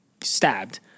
stabbed